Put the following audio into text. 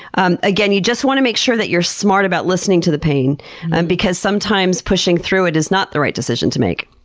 um again, you just want to make sure that you're smart about listening to the pain and because sometimes pushing through it is not the right decision to make.